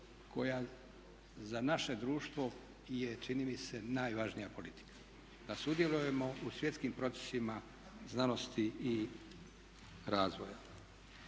koja za naše društvo je čini mi se najvažnija politika, da sudjelujemo u svjetskim procesima znanosti i razvoja.